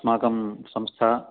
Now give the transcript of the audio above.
अस्माकं संस्था